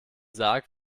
sarg